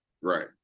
Right